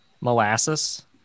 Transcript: Molasses